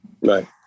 Right